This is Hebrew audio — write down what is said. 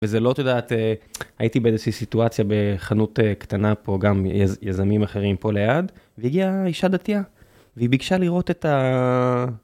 וזה לא תודעת הייתי באיזושהי סיטואציה בחנות קטנה פה גם יזמים אחרים פה ליד והגיעה אישה דתייה והיא ביקשה לראות את ה...